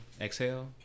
Exhale